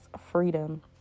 freedom